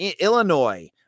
Illinois